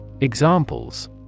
Examples